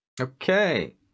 Okay